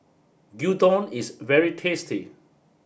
Gyudon is very tasty